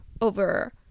over